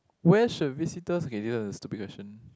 where should visitors okay this one is a stupid question